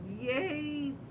Yay